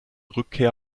rückkehr